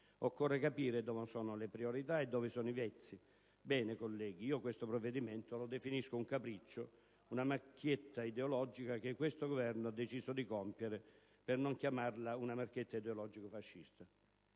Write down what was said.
Occorre capire dove sono le priorità e dove i vezzi. Bene, colleghi, io questo provvedimento lo definisco un capriccio, una macchietta ideologica che questo Governo ha deciso di compiere, per non dire una marchetta ideologico-fascista.